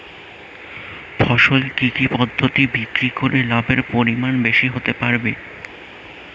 ফসল কি কি পদ্ধতি বিক্রি করে লাভের পরিমাণ বেশি হতে পারবে?